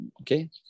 Okay